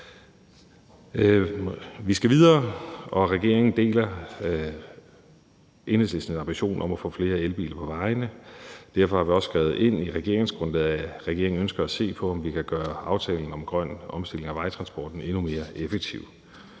Vi skal videre, og regeringen deler Enhedslistens ambition om at få flere elbiler på vejene. Derfor har vi også skrevet ind i regeringsgrundlaget, at regeringen ønsker at se på, om vi kan gøre aftalen om grøn omstilling af vejtransporten endnu mere effektiv.